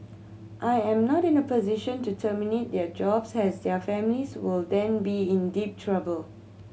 I am not in a position to terminate their jobs as their families will then be in deep trouble